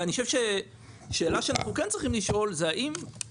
אני חושב שהשאלה שאנחנו כן צריכים לשאול היא למה